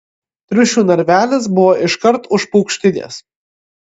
triušių narvelis buvo iškart už paukštides